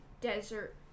desert